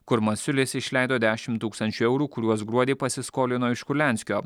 kur masiulis išleido dešimt tūkstančių eurų kuriuos gruodį pasiskolino iš kurlianskio